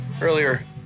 earlier